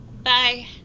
Bye